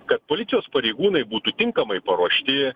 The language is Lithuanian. kad policijos pareigūnai būtų tinkamai paruošti